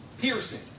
piercing